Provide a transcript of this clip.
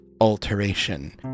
alteration